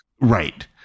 Right